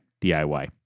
DIY